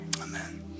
Amen